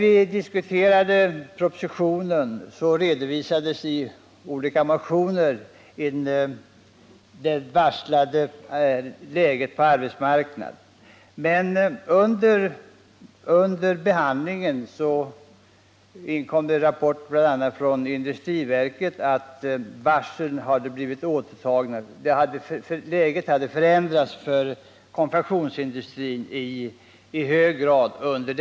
I olika motioner som utskottet behandlade i dessa sammanhang redovisades varslen på den här arbetsmarknaden. Men under behandlingen inkom en rapport bl.a. från industriverket att varslen hade återtagits. Läget för konfektionsindustrin har under denna vår i hög grad förändrats.